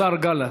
השר גלנט.